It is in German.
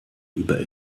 über